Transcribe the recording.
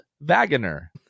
Wagner